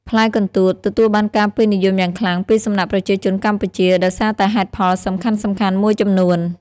ផ្លែកន្ទួតទទួលបានការពេញនិយមយ៉ាងខ្លាំងពីសំណាក់ប្រជាជនកម្ពុជាដោយសារតែហេតុផលសំខាន់ៗមួយចំនួន។